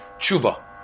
Tshuva